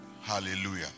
Hallelujah